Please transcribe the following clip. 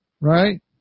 right